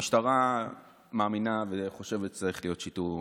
המשטרה חושבת ומאמינה שצריך להיות שיטור עירוני.